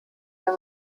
wir